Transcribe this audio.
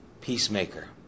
Peacemaker